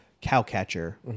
Cowcatcher